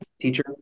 teacher